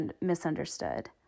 misunderstood